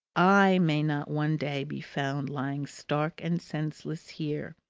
i may not one day be found lying stark and senseless here,